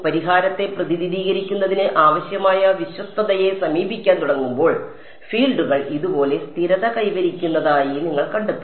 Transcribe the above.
പരിഹാരത്തെ പ്രതിനിധീകരിക്കുന്നതിന് ആവശ്യമായ വിശ്വസ്തതയെ സമീപിക്കാൻ തുടങ്ങുമ്പോൾ ഫീൽഡുകൾ ഇതുപോലെ സ്ഥിരത കൈവരിക്കുന്നതായി നിങ്ങൾ കണ്ടെത്തും